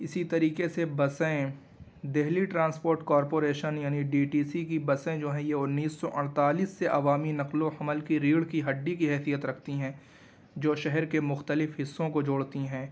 اسی طریقے سے بسیں Delhi transport corporation D T C سی کی بسیں جو ہیں یہ انیس سو اڑتالیس سے عوامی نقل و حمل کی ریڑھ کی ہڈی کی حیثیت رکھتی ہیں جو شہر کے مختلف حصوں کو جوڑتی ہیں